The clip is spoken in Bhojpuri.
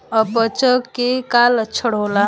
अपच के का लक्षण होला?